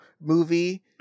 movie